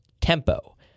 tempo